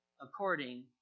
according